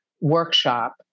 workshop